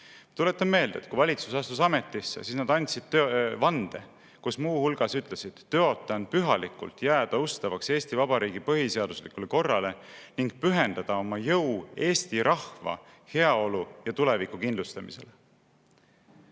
Tuletan meelde, et kui valitsus astus ametisse, siis nad andsid vande, kus muu hulgas ütlesid: tõotan pühalikult jääda ustavaks Eesti Vabariigi põhiseaduslikule korrale ning pühendada oma jõu Eesti rahva heaolu ja tuleviku kindlustamisele.